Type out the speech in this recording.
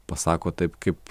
pasako taip kaip